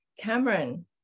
Cameron